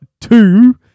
two